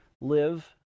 live